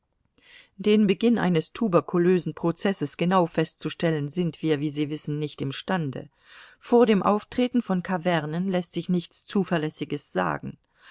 den beginn eines tuberkulösen prozesses genau festzustellen sind wir wie sie wissen nicht imstande vor dem auftreten von kavernen läßt sich nichts zuverlässiges sagen